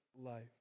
life